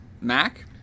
Mac